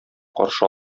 каршы